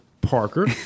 parker